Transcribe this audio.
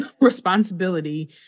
responsibility